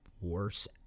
worse